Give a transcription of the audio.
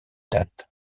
date